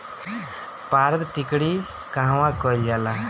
पारद टिक्णी कहवा कयील जाला?